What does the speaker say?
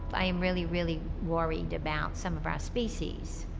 i am really, really worried about some of our species,